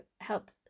help